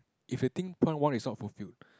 if they think point one is not fulfilled